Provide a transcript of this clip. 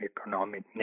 economic